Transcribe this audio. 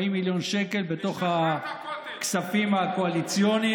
מיליון שקל בתוך הכספים הקואליציוניים.